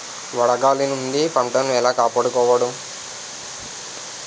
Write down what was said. వడగాలి నుండి పంటను ఏలా కాపాడుకోవడం?